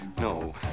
No